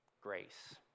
grace